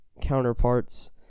counterparts